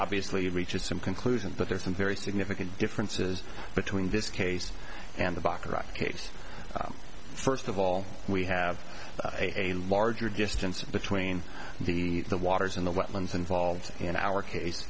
obviously reaches some conclusions but there are some very significant differences between this case and the baccarat case first of all we have a larger distances between the the waters in the wetlands involved in our case